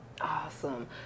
Awesome